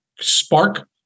spark